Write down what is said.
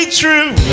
true